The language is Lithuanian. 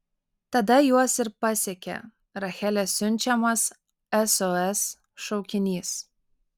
tada juos ir pasiekė rachelės siunčiamas sos šaukinys